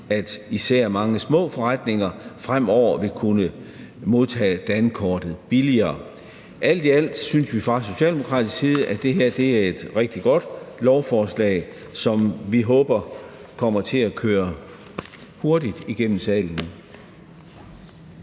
at især mange små forretninger fremover vil kunne modtage dankortet billigere. Alt i alt synes vi fra socialdemokratisk side, at det her er et rigtig godt lovforslag, som vi håber kommer til at køre hurtigt igennem salen.